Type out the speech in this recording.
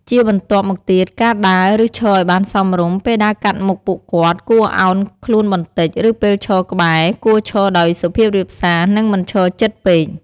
ជាបន្ទាប់មកទៀត ការដើរ ឬឈរឱ្យបានសមរម្យ ពេលដើរកាត់មុខពួកគាត់ គួរអោនខ្លួនបន្តិច ឬពេលឈរក្បែរ គួរឈរដោយសុភាពរាបសារ និងមិនឈរជិតពេក។